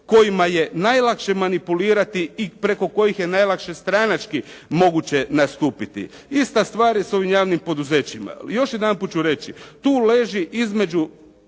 kojima je najlakše manipulirati i preko kojih je najlakše stranački moguće nastupiti. Ista stvar je sa ovim javnim poduzećima. Još jedanput ću reći, tu leži između,